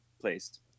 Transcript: placed